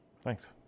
Thanks